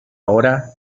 ahora